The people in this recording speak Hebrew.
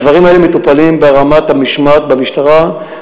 הדברים האלה מטופלים ברמת המשמעת במשטרה,